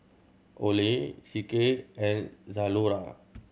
Olay C K and Zalora